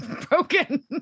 broken